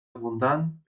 abundant